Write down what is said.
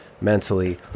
mentally